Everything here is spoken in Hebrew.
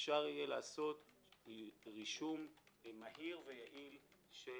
אפשר יהיה לעשות רישום מהיר ויעיל של